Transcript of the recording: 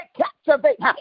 captivate